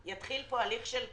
יתחיל פה הליך של קריסה.